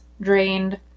drained